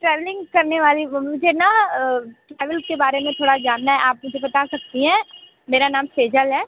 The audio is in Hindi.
ट्रैवलिंग करने वाली मुझे न ट्रेवल्स के बारे में थोड़ा जानना है आप मुझे बता सकती हैं मेरा नाम सेजल है